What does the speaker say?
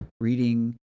reading